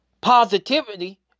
positivity